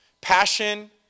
Passion